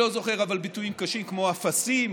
אבל אני לא זוכר ביטויים קשים כמו "אפסים"